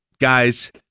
guys